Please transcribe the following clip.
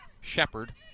Shepard